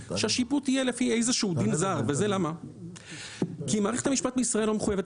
שהשיפוט יהיה לפי איזשהו דין זר וזה כי מערכת המשפט בישראל לא מחויבת